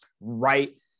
right